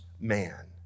man